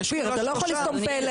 אופיר, אתה לא יכול לסתום פה.